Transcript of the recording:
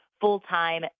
full-time